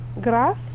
Grass